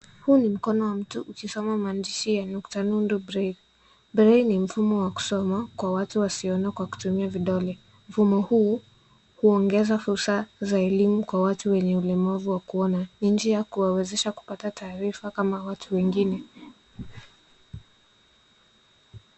Huu ni mkono wa mtu ukisoma maandishi ya nukta nundu braille. Braille ni mfumo wa kusoma kwa watu wasioona kwa kutumia vidole. Mfumo huu huongeza fursa za elimu kwa watu wenye ulemavu wa kuona. Ni njia ya kuwawezesha kupata taarifa kama watu wengine.